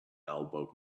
elbowed